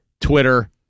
Twitter